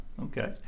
Okay